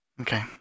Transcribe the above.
Okay